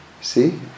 See